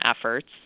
efforts